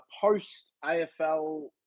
post-AFL